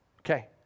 Okay